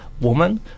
woman